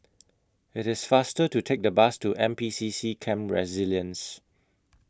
IT IS faster to Take The Bus to N P C C Camp Resilience